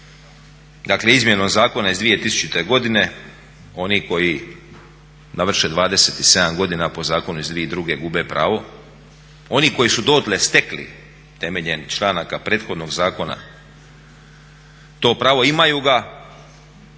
dakle izmjenom zakona iz 2000. godine oni koji navrše 27 godina po zakonu iz 2002. gube pravo. Oni koji su dotle stekli temeljem članaka prethodnog zakona to pravo imaju ga,